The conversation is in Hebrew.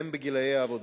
הם בגילי העבודה.